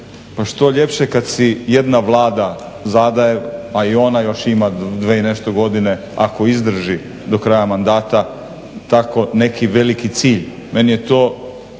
pa što ljepše kad si jedna Vlada zada, pa i ona još ima 2 i nešto godine, ako izdrži do kraja mandata, tako neki veliki cilj. Meni je to